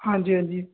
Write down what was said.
ਹਾਂਜੀ ਹਾਂਜੀ